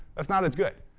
that's not as good.